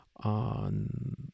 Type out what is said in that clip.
On